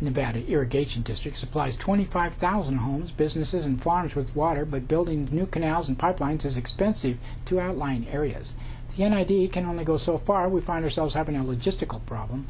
nevada irrigation district supplies twenty five thousand homes businesses and farmers with water but building new canals and pipelines is expensive to outlying areas yet idea can only go so far we find ourselves having a logistical problem